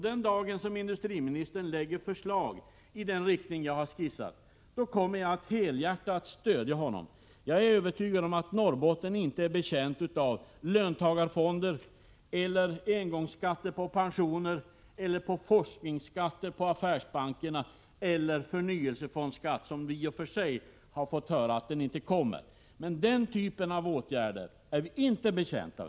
Den dag industriministern lägger fram förslag i den riktning som jag har skissat kommer jag att helhjärtat stödja honom. Jag är övertygad om att Norrbotten inte är betjänt av löntagarfonder, förnyelsefondsskatter. Nu har vi i och för sig fått höra att de senare inte kommer. Men den typen av åtgärder är vi inte betjänta av.